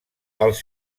els